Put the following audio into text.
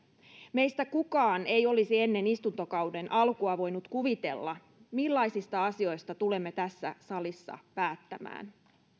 meistä kukaan ei olisi ennen istuntokauden alkua voinut kuvitella millaisista asioista tulemme tässä salissa päättämään